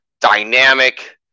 dynamic